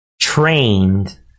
trained